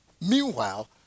Meanwhile